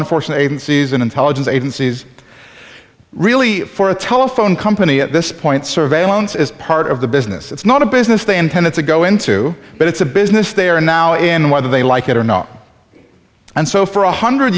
enforcement agencies and intelligence agencies really for a telephone company at this point surveillance is part of the business it's not a business they intended to go into but it's a business they are now in whether they like it or not and so for one hundred